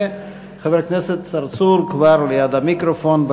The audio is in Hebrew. וחבר הכנסת צרצור כבר ליד המיקרופון.